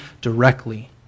directly